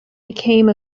became